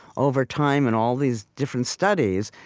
over time and all these different studies,